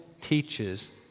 teaches